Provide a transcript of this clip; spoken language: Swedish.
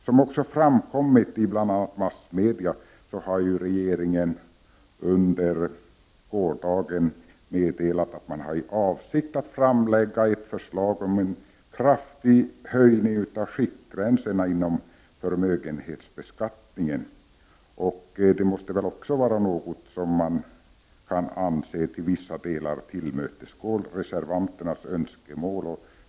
Som också framkommit i bl.a. massmedia, har regeringen under gårdagen meddelat att man har för avsikt att framlägga ett förslag om en kraftig höjning av skiktgränserna inom förmögenhetsbeskattningen. Det måste väl också vara något som kan anses till vissa delar tillmötesgå reservanternas önskemål?